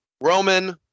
Roman